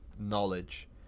knowledge